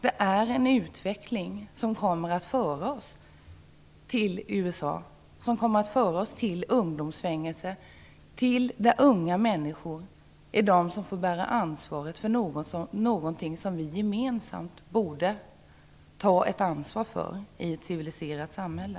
Det är en utveckling som kommer att leda till förhållanden liknande dem i USA, till ungdomar i fängelse. Unga människor kommer att få bära ansvaret för något som vi gemensamt borde ta ett ansvar för i ett civiliserat samhälle.